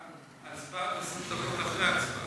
20 דקות לפני ההצבעה